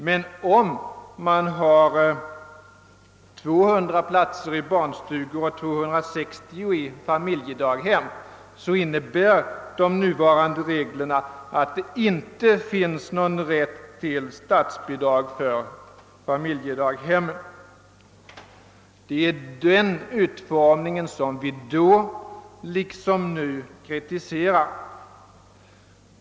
Men om man har 200 platser i barnstugor och 260 i familjedaghem, innebär de nuvarande reglerna att det inte finns någon rätt till statsbidrag för familjedaghemmen. Dennå utformning av reglerna kritiserade vi då och vi kritiserar den även nu.